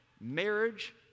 Marriage